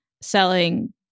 selling